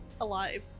alive